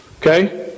Okay